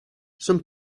some